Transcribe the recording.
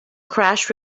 crash